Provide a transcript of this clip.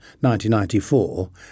1994